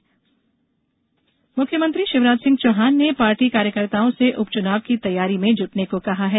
भाजपा तैयारी मुख्यमंत्री शिवराज सिंह चौहान ने पार्टी कार्यकर्ताओं से उपचुनाव की तैयारी में जुटने को कहा है